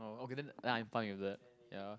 oh okay then I'm fine with that ya